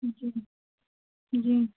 जी जी